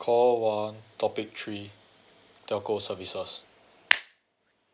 call one topic three telco services